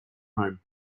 home